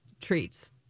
treats